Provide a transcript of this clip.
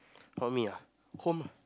not me ah home